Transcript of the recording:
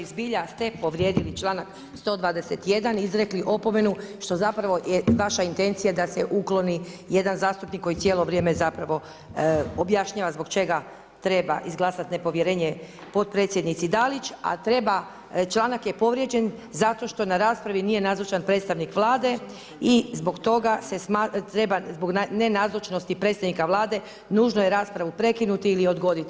Poštovani predsjedavajući zbilja ste povrijedili članak 121. izrekli opomenu što zapravo je vaša intencija da se ukloni jedan zastupnik koji cijelo vrijeme zapravo objašnjava zbog čega treba izglasat nepovjerenje potpredsjednici Dalić, a treba članak je povrijeđen zato što na raspravi nije nazočan predstavnik Vlade i zbog toga se treba, zbog nenazočnosti predstavnika Vlade nužno je raspravu prekinuti ili odgoditi.